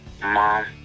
mom